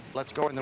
let's go in the